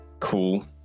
Cool